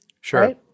sure